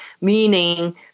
meaning